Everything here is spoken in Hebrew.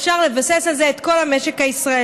אפשר לבסס על זה את כל המשק הישראלי.